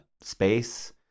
space